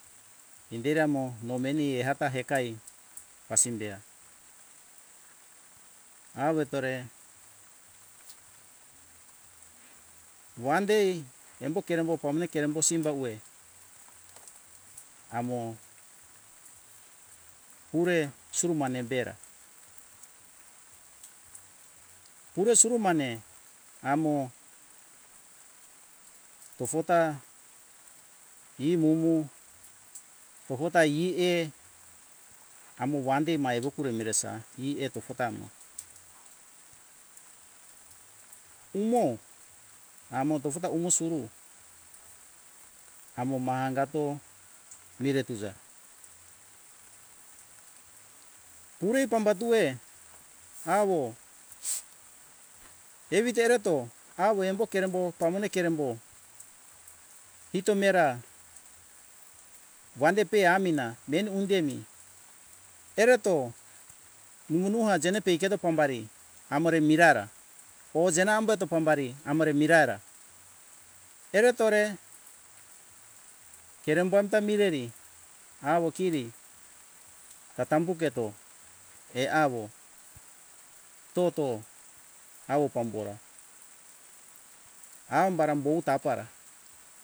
Inderi amo mo meni ata ekae pasimbea awetore wan dei embo kerembo pamone kerembo simba uwe amo pure usuru mane bera pure usuru mane amo tofo ta imumu togo ta ie amo wan dei ma evekure miresa e eto tofo ta amo umo amo tofo ta umo susu amo mangato mire tuza pure pambatue awo evi derato awo embo kerembo pamone kerembo ito mera wandepe amina meni undemi erato umo nua jene peigeto pambare amori miraira oje namba eto pambari amore miraira ere tore kerembo amta mireri awo kiri atambu keto eawo toto awo pambora ambara bowu tapa ra